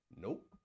Nope